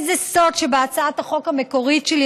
זה לא סוד שבהצעת החוק המקורית שלי,